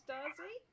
Darcy